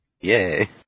Yay